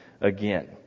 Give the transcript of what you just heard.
again